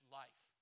life